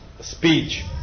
speech